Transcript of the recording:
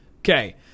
Okay